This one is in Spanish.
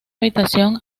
habitación